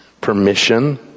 permission